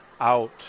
out